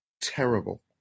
terrible